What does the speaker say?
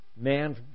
man